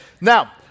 now